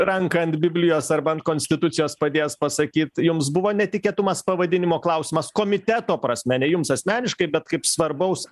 ranką ant biblijos arba ant konstitucijos padėjęs pasakyt jums buvo netikėtumas pavadinimo klausimas komiteto prasme ne jums asmeniškai bet kaip svarbaus